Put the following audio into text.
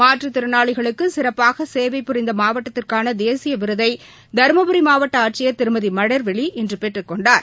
மாற்றுத்திறனாளிகளுக்குசிறப்பாகசேவை புரிந்தமாவட்டத்துக்கானதேசியவிருதைதருமபுரிமாவட்டஆட்சியர் திருமதிமலர்விழி இன்றுபெற்றுக் கொண்டார்